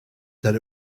that